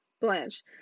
Blanche